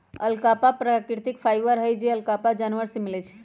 alpaca प्राकृतिक fibre हई जे अल्पाका जानवर से मिलय छइ